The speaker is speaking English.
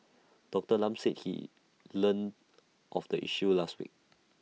Doctor Lam said he learn of the issue last week